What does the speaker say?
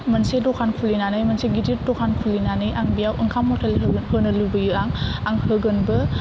मोनसे दखान खुलिनानै मोनसे गिदिर दखान खुलिनानै आं बेयाव ओंखाम हटेल खुलिनो लुबैयो आं आं होगोनबो